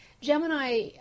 Gemini